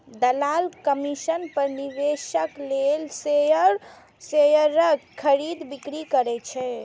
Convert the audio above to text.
दलाल कमीशन पर निवेशक लेल शेयरक खरीद, बिक्री करै छै